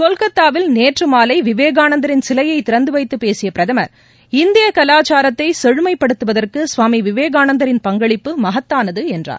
கொல்கத்தாவில் நேற்று மாலை விவேகானந்தரின் சிலையை திறந்து வைத்து பேசிய பிரதமர் இந்திய கலாச்சாரத்தை செழுமை படுத்துவதற்கு சுவாமி விவேகானந்தரின் பங்களிப்பு மகத்தானது என்றார்